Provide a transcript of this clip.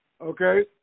Okay